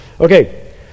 Okay